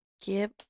give